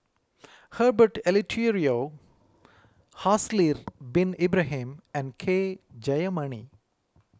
Herbert Eleuterio Haslir Bin Ibrahim and K Jayamani